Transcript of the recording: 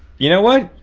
you know what.